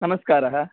नमस्कारः